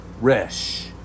resh